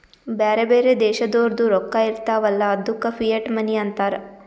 ಬ್ಯಾರೆ ಬ್ಯಾರೆ ದೇಶದೋರ್ದು ರೊಕ್ಕಾ ಇರ್ತಾವ್ ಅಲ್ಲ ಅದ್ದುಕ ಫಿಯಟ್ ಮನಿ ಅಂತಾರ್